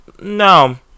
No